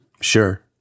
Sure